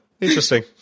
interesting